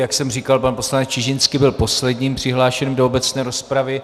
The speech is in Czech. Jak jsem říkal, pan poslanec Čižinský byl posledním přihlášeným do obecné rozpravy.